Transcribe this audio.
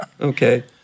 Okay